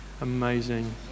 amazing